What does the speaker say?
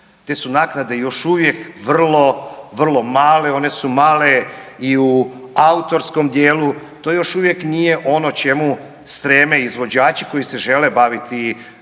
Te su naknade još uvijek vrlo, vrlo male, one su male i u autorskom dijelu. To još uvijek nije ono čemu streme izvođači koji se žele baviti bilo